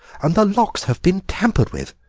and the locks have been tampered with!